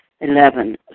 Eleven